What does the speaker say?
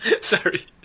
Sorry